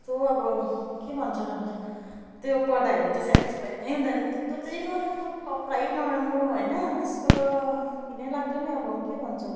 कस्तो अब के भन्छौँ र अब त्यो पर्दा हेरेर चाहिँ सेटिसफाई नै हुँदैन कस्तो चाहिँ लु नराम्रो कपडै नराम्रो होइन त्यसको त घिनै लाग्दो नि अब के भन्छौँ